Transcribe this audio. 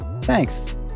thanks